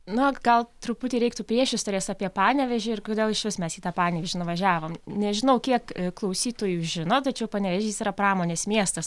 nu vat gal truputį reiktų priešistorės apie panevėžį ir kodėl išvis mes į tą panevėžį nuvažiavom nežinau kiek klausytojų žino tačiau panevėžys yra pramonės miestas